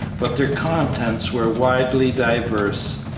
but their contents were widely diverse,